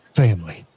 family